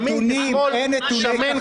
ימין כשמאל,